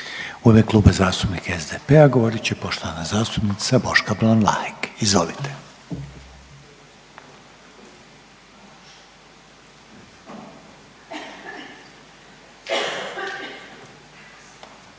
U ime Kluba zastupnika SDP-a govorit će poštovana zastupnica Boška Ban Vlahek, izvolite.